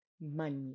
money